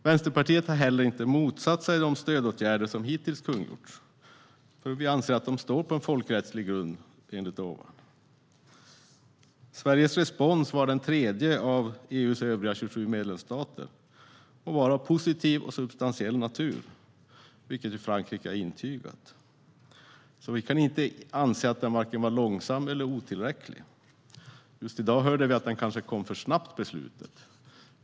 Vänsterpartiet har heller inte motsatt sig de stödåtgärder som hittills har kungjorts, eftersom vi anser att de står på folkrättslig grund enligt vad jag sagt. Sveriges respons var den tredje av EU:s övriga 27 medlemsstater, och den var av positiv och substantiell natur, vilket Frankrike har intygat. Vi kan alltså inte anse att den var vare sig långsam eller otillräcklig. Just i dag hörde vi att beslutet kanske kom för snabbt.